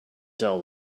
tell